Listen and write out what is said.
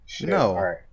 No